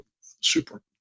Super